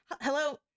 Hello